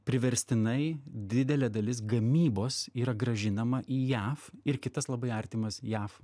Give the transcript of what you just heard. priverstinai didelė dalis gamybos yra grąžinama į jav ir kitas labai artimas jav